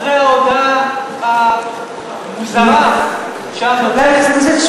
אחרי ההודעה המוזרה שאת הוצאת?